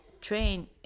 train